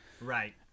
Right